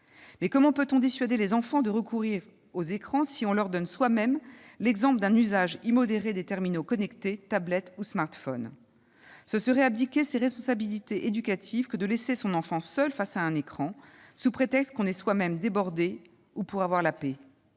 Mais comment peut-on dissuader les enfants de recourir aux écrans si on leur donne soi-même l'exemple d'un usage immodéré des terminaux connectés, tablettes ou smartphones ? Ce serait abdiquer ses responsabilités éducatives de laisser son enfant seul face à un écran, sous prétexte qu'on est soi-même débordé, ou pour avoir la paix.